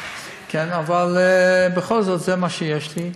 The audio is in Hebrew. בטח, כן, אבל בכל זאת, זה מה שיש לי.